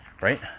Right